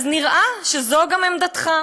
אז נראה שזו גם עמדתך.